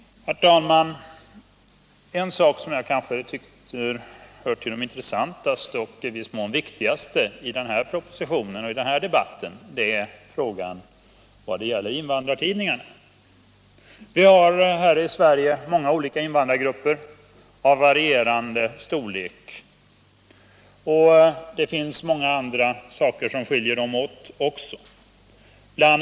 Herr talman! En sak som kanske hör till de intressantaste och i viss mån viktigaste i propositionen och debatten är frågan om invandrartidningarna. Vi har här i Sverige många olika invandrargrupper av varierande storlek. Det finns också många andra saker som skiljer dem åt. Bl.